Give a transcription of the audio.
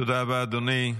תודה רבה, אדוני.